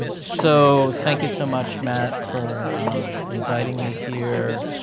and so, thank you so much, matt, for inviting me here.